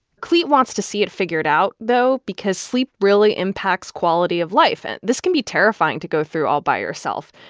clete wants to see it figured out, though, because sleep really impacts quality of life. and this can be terrifying to go through all by yourself.